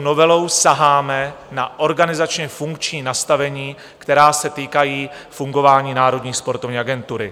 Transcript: Novelou saháme na organizačněfunkční nastavení, která se týkají fungování Národní sportovní agentury.